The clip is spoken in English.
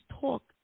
talk